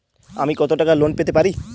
আমি কত টাকা লোন পেতে পারি?